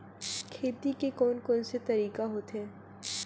खेती के कोन कोन से तरीका होथे?